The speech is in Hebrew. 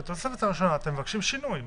בתוספת הראשונה אתם מבקשים שינוי.